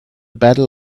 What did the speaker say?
battle